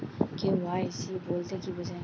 KYC বলতে কি বোঝায়?